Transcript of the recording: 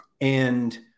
and-